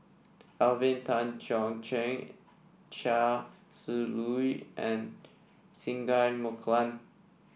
Alvin Tan Cheong Kheng Chia Shi Lu and Singai Mukilan